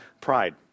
pride